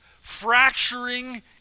fracturing